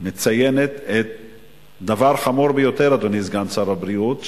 שמציינת דבר חמור ביותר, אדוני סגן שר הבריאות.